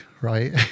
right